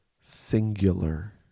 Singular